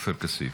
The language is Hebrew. עופר כסיף.